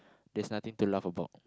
there's nothing to laugh about